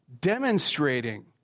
demonstrating